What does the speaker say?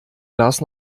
glas